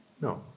No